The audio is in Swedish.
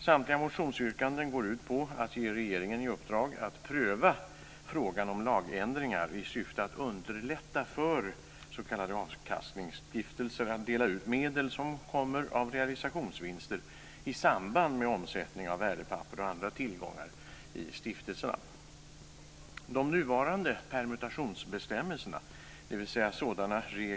Samtliga motionsyrkanden går ut på att ge regeringen i uppdrag att pröva frågan om lagändringar i syfte att underlätta för s.k. avkastningsstiftelser att dela ut medel som kommer av realisationsvinster i samband med omsättning av värdepapper och andra tillgångar i stiftelserna.